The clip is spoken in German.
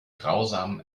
grausamen